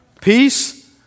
peace